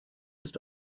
ist